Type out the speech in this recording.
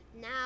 now